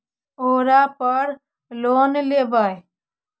ओरापर लोन लेवै?